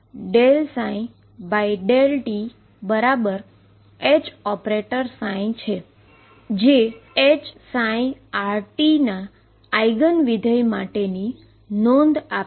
જે Hψrt ના eigen function માટેની નોંધ આપે છે